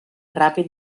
ràpid